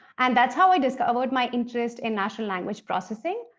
and that's how i discovered my interest in natural language processing.